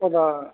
ਭਲਾ